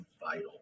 vital